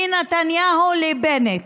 מנתניהו לבנט.